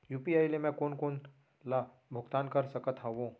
UPI ले मैं कोन कोन ला भुगतान कर सकत हओं?